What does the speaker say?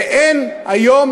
ואין היום